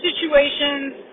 situations